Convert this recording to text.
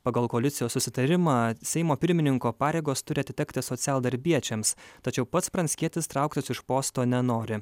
pagal koalicijos susitarimą seimo pirmininko pareigos turi atitekti socialdarbiečiams tačiau pats pranckietis trauktis iš posto nenori